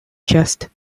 just